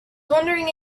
wondering